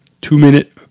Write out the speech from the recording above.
two-minute